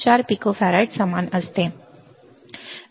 4 पिकोफराडच्या समान असते